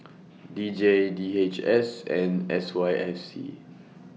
D J D H S and S Y F C